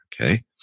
Okay